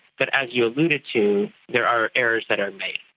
but as you alluded to, there are errors that are made,